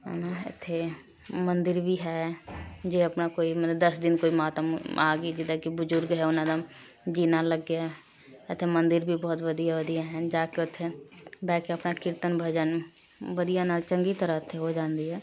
ਹੈ ਨਾ ਇੱਥੇ ਮੰਦਿਰ ਵੀ ਹੈ ਜੇ ਆਪਣਾ ਕੋਈ ਮਲ ਦਸ ਦਿਨ ਕੋਈ ਮਾਤਾ ਆ ਗਈ ਜਿੱਦਾਂ ਕਿ ਬਜ਼ੁਰਗ ਹੈ ਉਨ੍ਹਾਂ ਨਾਲ਼ ਜੀਅ ਨਾ ਲੱਗੇ ਇੱਥੇ ਮੰਦਿਰ ਵੀ ਬਹੁਤ ਵਧੀਆ ਵਧੀਆ ਹਨ ਜਾ ਕੇ ਉੱਥੇ ਬਹਿ ਕੇ ਆਪਣਾ ਕੀਰਤਨ ਭਜਨ ਵਧੀਆ ਨਾਲ਼ ਚੰਗੀ ਤਰ੍ਹਾਂ ਇੱਥੇ ਹੋ ਜਾਂਦੀ ਹੈ